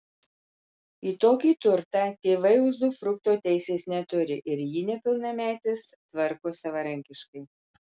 į tokį turtą tėvai uzufrukto teisės neturi ir jį nepilnametis tvarko savarankiškai